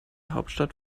hauptstadt